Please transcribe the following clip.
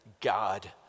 God